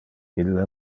ille